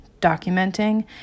documenting